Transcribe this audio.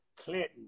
Clinton